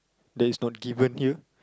that is not given here